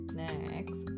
next